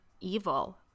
evil